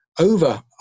Over